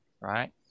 right